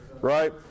right